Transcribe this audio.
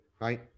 right